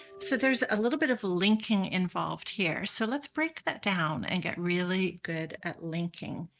so there's a little bit of linking involved here. so let's break that down and get really good at linking.